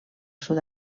sud